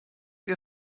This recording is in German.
ihr